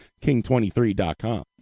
king23.com